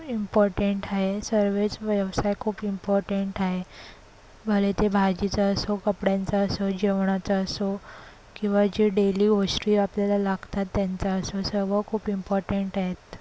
important आहे सर्वच व्यवसाय खूप इम्पॉर्टंट आहे भले ते भाजीचा असो कपड्यांचा असो जेवणाचा असो किंवा जे डेली गोष्टी आपल्याला लागतात त्यांचा असो सर्व खूप इम्पॉर्टंट आहेत